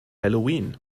halloween